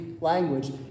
language